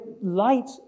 light